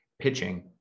pitching